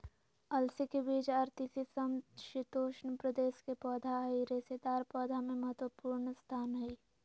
अलसी के बीज आर तीसी समशितोष्ण प्रदेश के पौधा हई रेशेदार पौधा मे महत्वपूर्ण स्थान हई